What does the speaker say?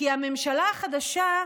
כי הממשלה החדשה,